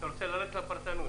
אתה רוצה ללכת לפרשנות.